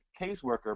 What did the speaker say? caseworker